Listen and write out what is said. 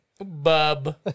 Bub